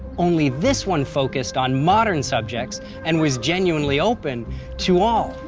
only this one focused on modern subjects and was genuinely open to all.